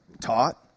taught